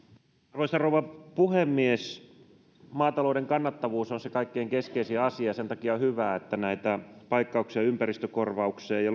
arvoisa rouva puhemies maatalouden kannattavuus on se kaikkein keskeisin asia sen takia on hyvä että näitä paikkauksia ympäristökorvaukseen ja